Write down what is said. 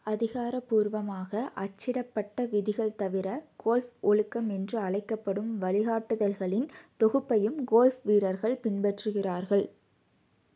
அதிகாரப்பூர்வமாக அச்சிடப்பட்ட விதிகள் தவிர கோல்ஃப் ஒழுக்கம் என்று அழைக்கப்படும் வழிகாட்டுதல்களின் தொகுப்பையும் கோல்ஃப் வீரர்கள் பின்பற்றுகிறார்கள்